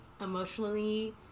emotionally